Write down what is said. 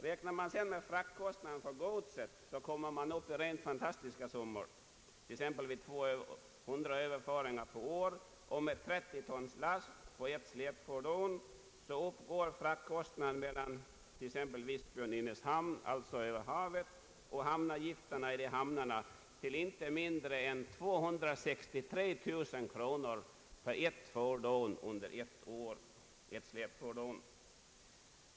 Räknar man vidare med fraktkostnaden för godset, kommer man upp till rent fantastiska summor. Vid exempelvis 200 överföringar per år och med 30 tons last på ett släpfordon, uppgår fraktkostnaderna på havet mellan Visby och Nynäshamn inklusive hamnavgifterna till inte mindre än 263 000 kronor per år och släpfordon.